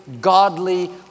godly